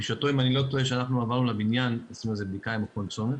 בשעתו אם אני לא טועה כשאנחנו עברנו לבניין עשינו בדיקה עם מכון צומת.